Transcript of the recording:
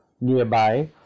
nearby